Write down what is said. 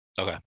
okay